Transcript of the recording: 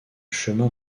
chemin